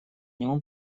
нему